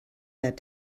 that